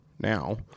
Now